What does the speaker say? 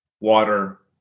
water